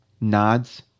nods